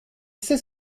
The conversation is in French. sait